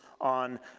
on